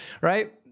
Right